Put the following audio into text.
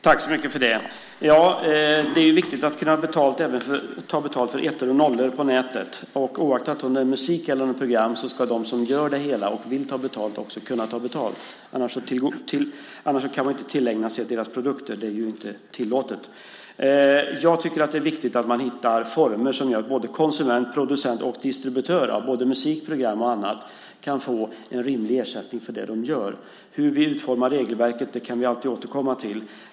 Herr talman! Det är viktigt att kunna ta betalt även för ettor och nollor på nätet. Oaktat om det är musik eller program ska de som gör det hela och vill ta betalt också kunna göra det, annars kan man inte tillägna sig deras produkter. Det är inte tillåtet. Jag tycker att det är viktigt att man hittar former som gör att konsument, producent och distributör av musik, program och annat kan få en rimlig ersättning för det de gör. Hur vi utformar regelverket kan vi alltid återkomma till.